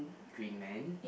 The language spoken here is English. greenland